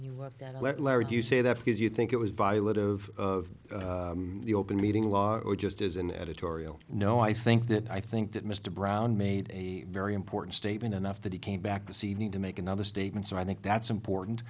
larry you say that because you think it was violet of the open meeting law or just as an editorial no i think that i think that mr brown made a very important statement enough that he came back this evening to make another statement so i think that's important